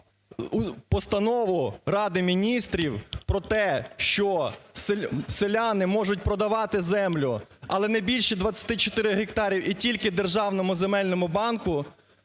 постанову Ради Міністрів про те, що селяни можуть продавати землю, але не більше 24 гектарів і тільки Державному земельному банку,